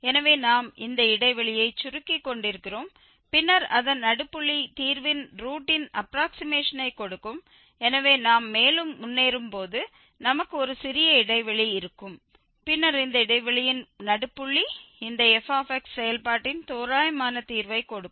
எனவே நாம் இந்த இடைவெளியை சுருக்கிக் கொண்டிருக்கிறோம் பின்னர் அதன் நடுப்புள்ளி தீர்வின் ரூட்டின் அப்ராக்சிமேஷனை கொடுக்கும் எனவே நாம் மேலும் முன்னேறும்போது நமக்கு ஒரு சிறிய இடைவெளி இருக்கும் பின்னர் இந்த இடைவெளியின் நடுப்புள்ளி இந்த f செயல்பாட்டின் தோராயமான தீர்வை கொடுக்கும்